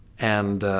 and